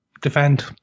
defend